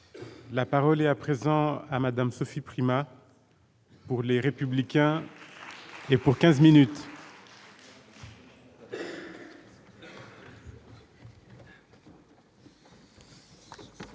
La parole est à présent à Madame Sophie Primas pour les républicains. Et pour 15 minutes.